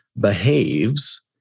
behaves